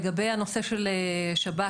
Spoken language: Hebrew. לגבי הנושא של שב"כ,